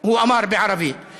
הוא אמר בערבית,